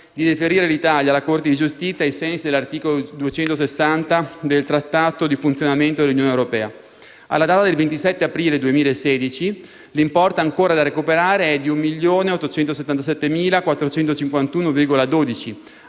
di deferire l'Italia alla Corte di giustizia ai sensi dell'articolo 260 del Trattato di funzionamento dell'Unione europea. Alla data del 27 aprile 2016, l'importo ancora da recuperare è di 1.877.451,12